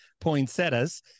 Poinsettias